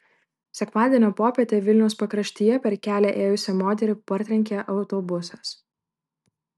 sekmadienio popietę vilniaus pakraštyje per kelią ėjusią moterį partrenkė autobusas